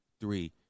three